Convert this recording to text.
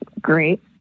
great